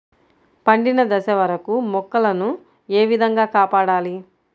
పండిన దశ వరకు మొక్కల ను ఏ విధంగా కాపాడాలి?